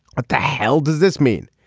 what the hell does this mean.